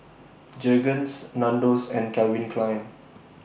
Jergens Nandos and Calvin Klein